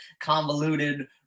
convoluted